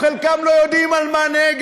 חלקם אפילו לא יודעים על מה נגד.